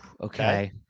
Okay